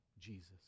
Jesus